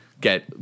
get